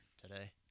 today